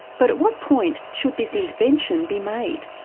but at what point should this intervention be made?